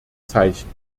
zeichen